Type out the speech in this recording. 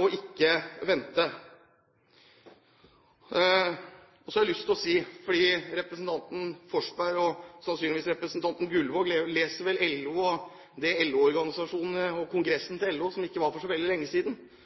og ikke vente. Representanten Forsberg og sannsynligvis representanten Gullvåg leser vel det LO-organisasjonene skriver om kongressen til LO, som ikke var for så veldig lenge siden, hvor bl.a. Per-Yngve Monsen var til stede og